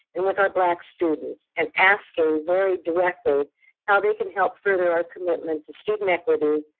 and with our black students, and asking very directly how they can help further our commitment to student equity,